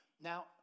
Now